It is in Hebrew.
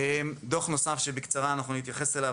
דוח נוסף שנתייחס אליו,